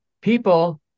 people